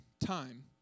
time